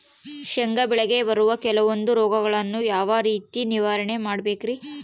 ಶೇಂಗಾ ಬೆಳೆಗೆ ಬರುವ ಕೆಲವೊಂದು ರೋಗಗಳನ್ನು ಯಾವ ರೇತಿ ನಿರ್ವಹಣೆ ಮಾಡಬೇಕ್ರಿ?